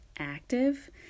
active